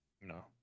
No